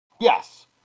Yes